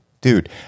dude